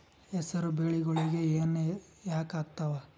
ಹೆಸರು ಬೆಳಿಗೋಳಿಗಿ ಹೆನ ಯಾಕ ಆಗ್ತಾವ?